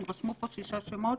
הם רשמו פה שישה שמות